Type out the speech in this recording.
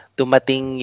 tumating